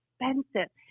expensive